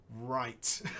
Right